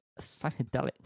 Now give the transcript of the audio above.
psychedelic